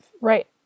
Right